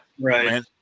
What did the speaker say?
Right